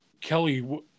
kelly